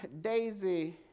daisy